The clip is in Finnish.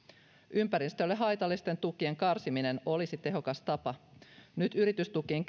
ympäristölle haitallisten tukien karsiminen olisi tehokas tapa nyt yritystukiin